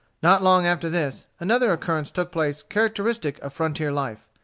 not long after this, another occurrence took place characteristic of frontier life.